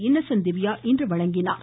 Innocent Divya இன்று வழங்கினாா்